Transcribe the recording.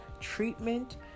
treatment